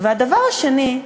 והדבר השני,